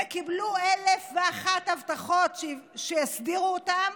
וקיבלו אלף ואחת הבטחות שיסדירו אותם,